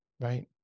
right